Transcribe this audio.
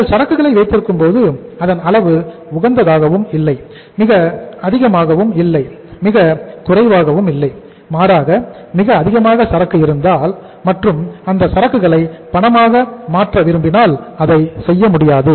நீங்கள் சரக்குகளை வைத்திருக்கும்போது அதன் அளவு உகந்ததாகவும் இல்லை மிக அதிகமாகவும் இல்லை மிக குறைவாகவும் இல்லை மாறாக மிக அதிகமாக சரக்கு இருந்தால் மற்றும் அந்த சரக்குகளை பணமாக மாற்ற விரும்பினால் அதை செய்ய முடியாது